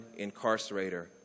incarcerator